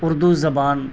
اردو زبان